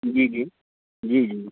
جی جی جی جی